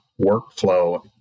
workflow